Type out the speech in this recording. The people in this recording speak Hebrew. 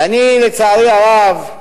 ואני, לצערי הרב,